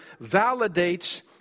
validates